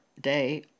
day